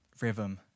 rhythm